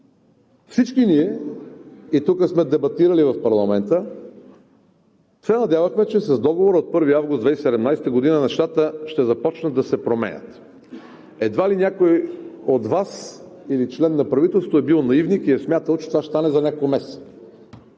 Всички ние, и тук сме дебатирали в парламента, се надявахме, че с Договора от 1 август 2017 г. нещата ще започнат да се променят. Едва ли някой от Вас или член на правителството е бил наивник и е смятал, че това ще стане за няколко